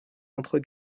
entre